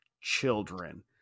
children